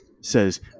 says